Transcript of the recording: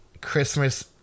Christmas